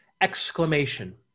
exclamation